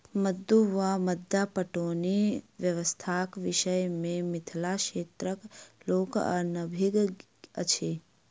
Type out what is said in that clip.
मद्दु वा मद्दा पटौनी व्यवस्थाक विषय मे मिथिला क्षेत्रक लोक अनभिज्ञ अछि